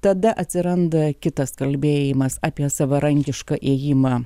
tada atsiranda kitas kalbėjimas apie savarankišką ėjimą